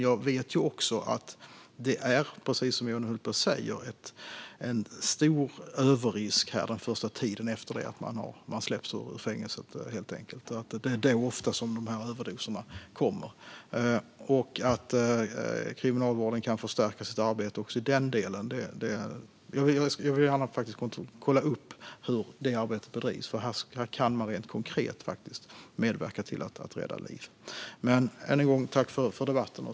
Jag vet dock också att det precis som Johan Hultberg säger finns en stor överrisk under den första tiden efter att en person släpps ur fängelset. Det är ofta då överdoserna kommer. När det gäller att kriminalvården kan förstärka sitt arbete också i den delen vill jag gärna kolla upp hur detta arbete bedrivs, för här kan man faktiskt rent konkret medverka till att rädda liv. Tack än en gång för debatten!